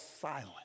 silent